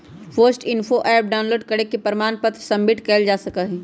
post info app download करके प्रमाण पत्र सबमिट कइल जा सका हई